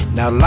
Now